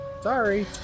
sorry